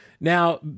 Now